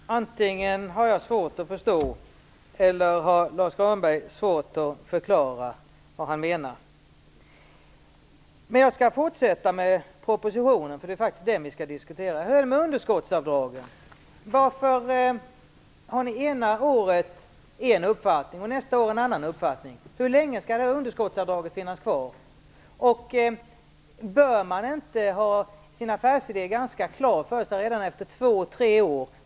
Fru talman! Antingen har jag svårt att förstå eller så har Lars U Granberg svårt att förklara vad han menar. Men jag skall fortsätta med att beröra propositionen. Det är faktiskt den som vi skall diskutera. Hur är det med underskottsavdraget? Varför har ni ena året en uppfattning, andra året en annan uppfattning? Hur länge skall detta underskottsavdrag finnas kvar? Bör man vidare inte ha sin affärsidé ganska klar för sig redan efter två tre år?